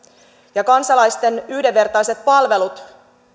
kansalaisten yhdenvertaiset palvelut